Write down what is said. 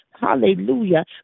hallelujah